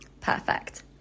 Perfect